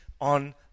on